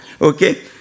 okay